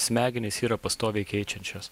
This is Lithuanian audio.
smegenys yra pastoviai keičiančios